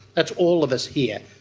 that's all of us here.